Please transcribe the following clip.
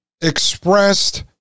expressed